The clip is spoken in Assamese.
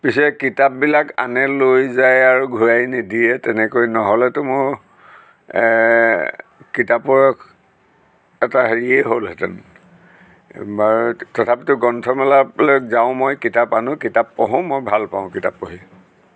পিছে কিতাপবিলাক আনে লৈ যায় আৰু ঘূৰাই নিদিয়ে তেনেকৈ নহ'লেতো মোৰ কিতাপৰ এটা হেৰিয়েই হ'লহেঁতেন বাৰু তথাপিতো গ্ৰন্থমেলালৈ যাওঁ মই কিতাপ আনোঁ কিতাপ পঢ়োঁ মই ভাল পাওঁ কিতাপ পঢ়ি